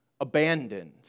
abandoned